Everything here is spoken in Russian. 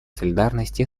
солидарности